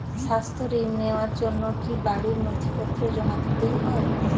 স্বাস্থ্য ঋণ নেওয়ার জন্য কি বাড়ীর নথিপত্র জমা দিতেই হয়?